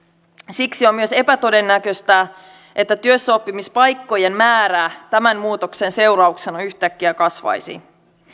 siksi on myös epätodennäköistä että työssäoppimispaikkojen määrä tämän muutoksen seurauksena yhtäkkiä kasvaisi